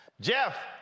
Jeff